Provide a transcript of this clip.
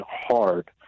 hard